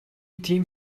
тийм